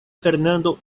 fernando